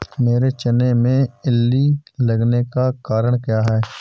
मेरे चने में इल्ली लगने का कारण क्या है?